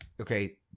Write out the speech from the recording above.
okay